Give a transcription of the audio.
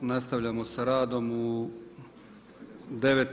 Nastavljamo sa radom u 9,